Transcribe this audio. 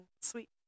sweet